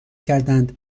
کردندکه